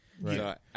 Right